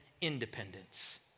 independence